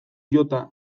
jota